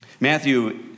Matthew